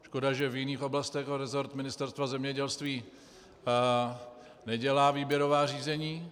Škoda, že v jiných oblastech resort Ministerstva zemědělství nedělá výběrová řízení.